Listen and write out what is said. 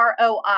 ROI